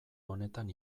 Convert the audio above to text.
honetan